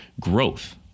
growth